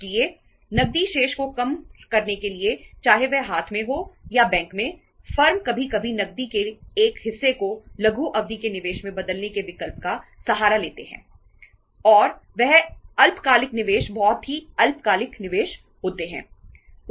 इसलिए नकदी शेष को कम करने के लिए चाहे वह हाथ में हो या बैंक में फर्म कभी कभी नकदी के एक हिस्से को लघु अवधि के निवेश में बदलने के विकल्प का सहारा लेती हैं और वह अल्पकालिक निवेश बहुत ही अल्पकालिक निवेश होते हैं